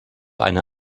eine